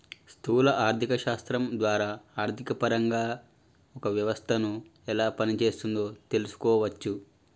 స్థూల ఆర్థిక శాస్త్రం ద్వారా ఆర్థికపరంగా ఒక వ్యవస్థను ఎలా పనిచేస్తోందో తెలుసుకోవచ్చు